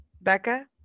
Becca